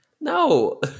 No